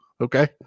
Okay